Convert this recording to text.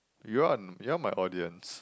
you're you're my audience